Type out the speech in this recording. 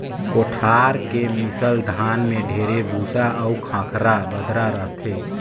कोठार के मिसल धान में ढेरे भूसा अउ खंखरा बदरा रहथे